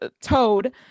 toad